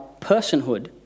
personhood